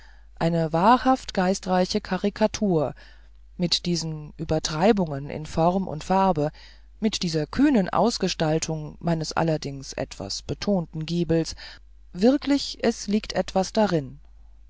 eine wahrhaft geistreiche karikatur mit diesen übertreibungen in form und farbe mit dieser kühnen ausgestaltung meines allerdings etwas betonten giebels wirklich es liegt etwas darin